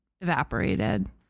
evaporated